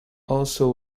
also